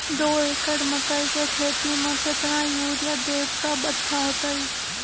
दो एकड़ मकई के खेती म केतना यूरिया देब त अच्छा होतई?